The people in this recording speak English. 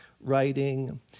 writing